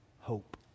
hope